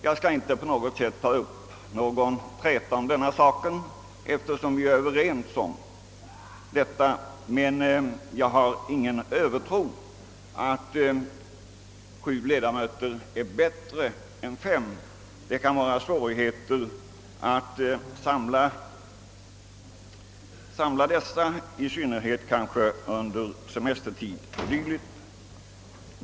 Jag skall inte ta upp någon träta om detta, eftersom vi är överens på denna punkt, men jag vill ändå säga att jag inte hyser någon övertro på att sju ledamöter skulle vara bättre än fem. Det kan bli svårt att samla alla dessa, i synnerhet kanske under semestertid.